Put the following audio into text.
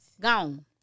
Gone